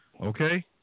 Okay